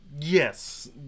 yes